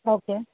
okay